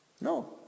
No